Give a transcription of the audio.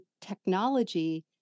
technology